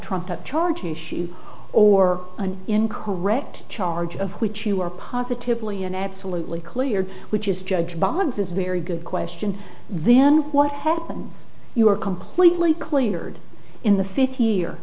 trumped up charge a shoe or on in correct charge of which you are positively and absolutely clear which is judge barnes is a very good question then what happens you are completely cleared in the fifth year